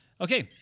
Okay